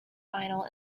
final